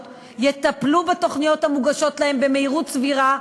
יטפלו בתוכניות המוגשות להן במהירות סבירה,